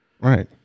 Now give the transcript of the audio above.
Right